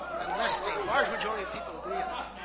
unless a large majority of people agree on it.